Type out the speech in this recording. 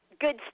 good